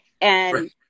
and-